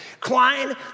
Klein